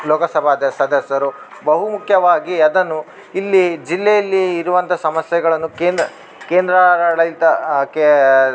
ಲೋಕಸಭಾದ ಸದಸ್ಯರು ಬಹುಮುಖ್ಯವಾಗಿ ಅದನ್ನು ಇಲ್ಲಿ ಜಿಲ್ಲೆಯಲ್ಲಿ ಇರುವಂಥ ಸಮಸ್ಯೆಗಳನ್ನು ಕೇಂದ್ರ ಕೇಂದ್ರಾಡಳಿತ ಕೇ